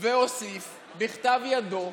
והוסיף בכתב ידו